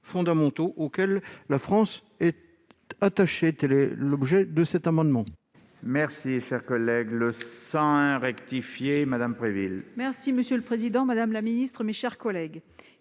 auxquels la France est attachée. Tel est l'objet de cet amendement.